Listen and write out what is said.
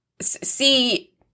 see